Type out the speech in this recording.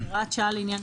(הוראת שעה לעניין